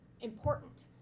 important